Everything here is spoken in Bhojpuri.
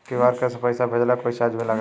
क्यू.आर से पैसा भेजला के कोई चार्ज भी लागेला?